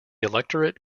electorate